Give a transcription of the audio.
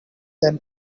than